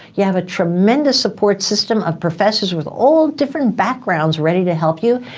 you have a tremendous support system of professors with all different backgrounds ready to help you,